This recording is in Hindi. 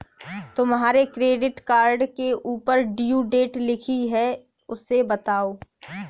तुम्हारे क्रेडिट कार्ड के ऊपर ड्यू डेट लिखी है उसे बताओ